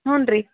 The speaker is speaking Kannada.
ಹ್ಞೂ ರೀ